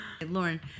Lauren